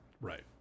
Right